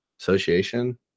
association